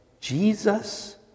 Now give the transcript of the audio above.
Jesus